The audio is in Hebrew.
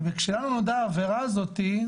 ושלנו נודע העבירה הזאתי,